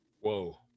Whoa